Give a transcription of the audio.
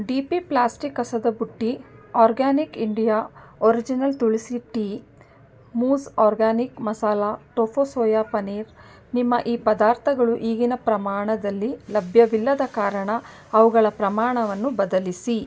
D P plastic ಕಸದಬುಟ್ಟಿ organic India original tulsi tea ಮೂಜ್ organic masala tofu soya paneer ನಿಮ್ಮ ಈ ಪದಾರ್ಥಗಳು ಈಗಿನ ಪ್ರಮಾಣದಲ್ಲಿ ಲಭ್ಯವಿಲ್ಲದ ಕಾರಣ ಅವುಗಳ ಪ್ರಮಾಣವನ್ನು ಬದಲಿಸಿ